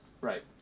Right